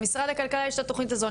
למשרד הכלכלה יש את התוכנית הזו,